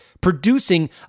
producing